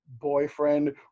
boyfriend